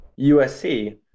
USC